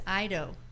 Ido